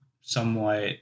somewhat